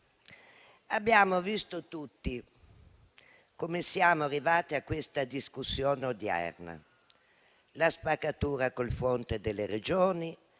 Abbiamo visto tutti come siamo arrivati alla discussione odierna; la spaccatura con il fronte delle Regioni,